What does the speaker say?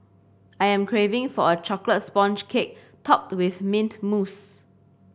I am craving for a chocolate sponge cake topped with mint mousse